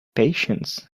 patience